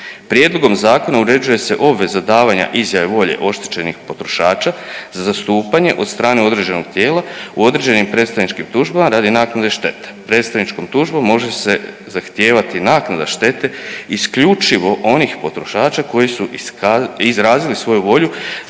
Prijedlogom zakona uređuje se obveza davanja izjave volje oštećenih potrošača za zastupanje od strane određenog tijela u određenim predstavničkim tužbama radi naknade štete. Predstavničkom tužbom može se zahtijevati naknada štete isključivo onih potrošača koji su izrazili svoju volju